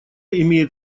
имеет